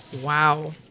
Wow